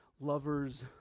lovers